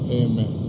amen